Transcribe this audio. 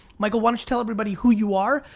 michael why don't you tell everybody who you are,